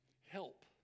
Help